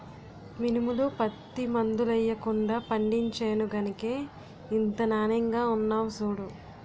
మినుములు, పత్తి మందులెయ్యకుండా పండించేను గనకే ఇంత నానెంగా ఉన్నాయ్ సూడూ